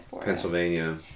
Pennsylvania